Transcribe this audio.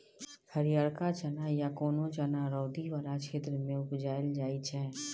हरियरका चना या कोनो चना रौदी बला क्षेत्र मे उपजाएल जाइ छै